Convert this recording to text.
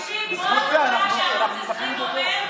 בזכות זה אנחנו זכינו בו.